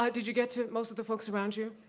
but did you get to most of the folks around you?